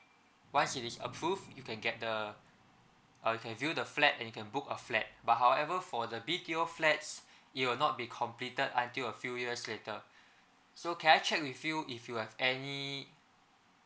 once it is approved you can get the uh you can view the flat and you can book a flat but however for the B_T_O flats it will not be completed until a few years later so can I check with you if you have any